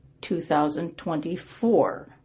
2024